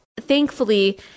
thankfully